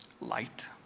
light